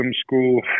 school